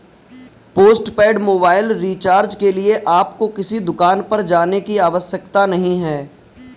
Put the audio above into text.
postpaid mobile recharge के लिए आपको किसी दुकान पर जाने की आवश्यकता नहीं है